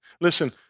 Listen